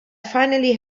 finally